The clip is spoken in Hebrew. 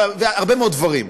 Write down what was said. הרבה מאוד דברים,